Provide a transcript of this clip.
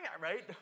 right